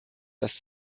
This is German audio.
das